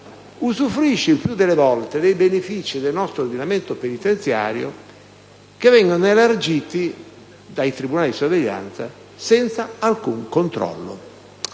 usufruisce il più delle volte dei benefici del nostro ordinamento penitenziario, che vengono elargiti dai tribunali di sorveglianza senza alcun controllo: